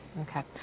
Okay